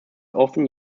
often